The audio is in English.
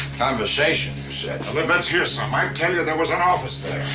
conversation, you said. well, then let's hear some. i tell you, there was an office there!